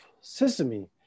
Sesame